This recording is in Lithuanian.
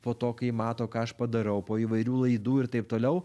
po to kai mato ką aš padarau po įvairių laidų ir taip toliau